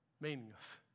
meaningless